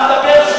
אתה מדבר שטויות.